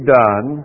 done